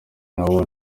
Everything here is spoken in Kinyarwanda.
nabo